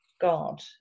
god